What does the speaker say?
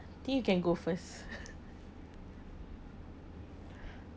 you can go first